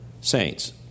Saints